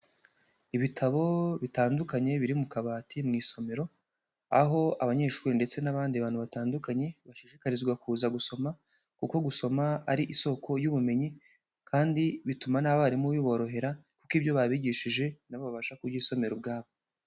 Ibitabo bitandukanye biri mu kabati mu isomero, aho abanyeshuri ndetse n'abandi bantu batandukanye bashishikarizwa kuza gusoma kuko gusoma ari isoko y'ubumenyi kandi bituma n'abarimu biborohera kuko ibyo babigishije na bo babasha kubyisomera ubwabo.